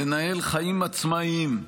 לנהל חיים עצמאיים,